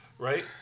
Right